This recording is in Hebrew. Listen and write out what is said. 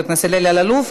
חבר הכנסת אלי אלאלוף.